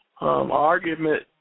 argument